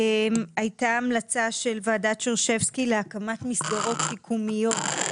הייתה המלצה של ועדת שרשבסקי להקמת מסגרות שיקומיות,